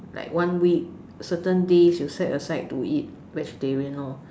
like one week certain days you set aside to eat vegetarian lor